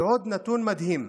ועוד נתון מדהים: